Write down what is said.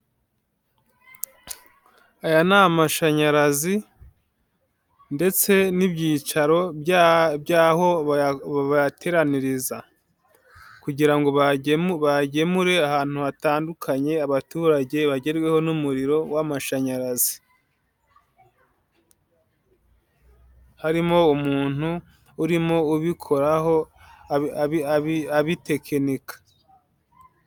Aya ni amashanyarazi ndetse n'ibyicaro by'aho bayateraniriza kugira ngo bajye bagemure ahantu hatandukanye, abaturage bagerweho n'umuriro w'amashanyarazi. Harimo umuntu urimo ubikora abitekinika.